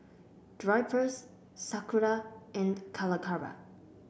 Drypers Sakura and Calacara